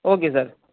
okay sir